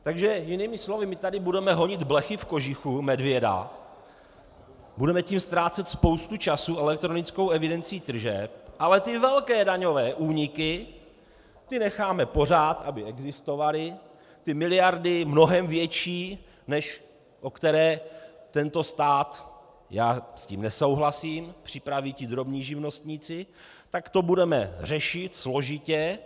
Takže jinými slovy, my tady budeme honit blechy v kožichu medvěda, budeme tím ztrácet spoustu času elektronickou evidencí tržeb, ale ty velké daňové úniky, ty necháme pořád, aby existovaly, ty miliardy mnohem větší, než o které tento stát já s tím nesouhlasím připraví ti drobní živnostníci, tak to budeme řešit složitě.